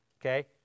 okay